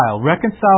Reconcile